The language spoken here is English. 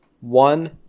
One